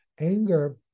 anger